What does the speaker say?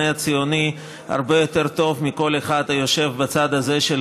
הציוני הרבה יותר טוב מכל אחד שיושב בצד הזה של